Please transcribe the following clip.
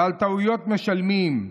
ועל טעויות משלמים,